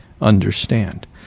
understand